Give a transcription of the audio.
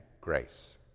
grace